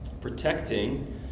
protecting